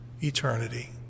eternity